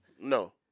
No